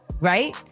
right